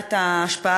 ושאלת ההשפעה